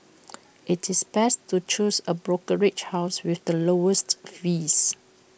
IT is best to choose A brokerage house with the lowest fees